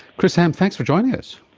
chris ham, thanks for joining us.